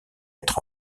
être